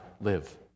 live